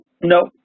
no